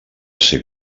ser